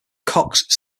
cox